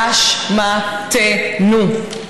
באשמתנו.